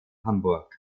hamburg